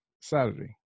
Saturday